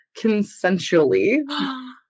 consensually